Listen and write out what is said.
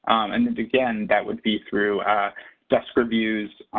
and and again, that would be through desk reviews,